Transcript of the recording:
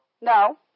No